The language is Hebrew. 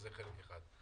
זה חלק אחד.